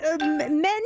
Men